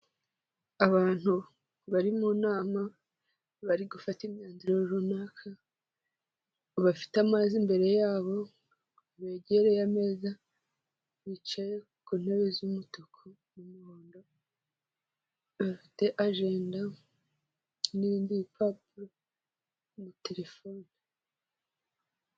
Abantu bari mu nama bari gufata imyanzuro runaka, bafite amazi imbere yabo, begereye ameza, bicaye ku ntebe z'umutuku n'umuhondo, bafite agenda n'ibindi bipapuro na telefone.